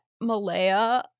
Malaya